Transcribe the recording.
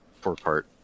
four-part